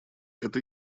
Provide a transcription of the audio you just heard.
это